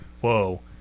Whoa